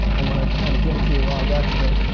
i want to kind of give it to you while i got you here.